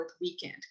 weekend